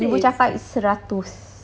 ibu cakap seratus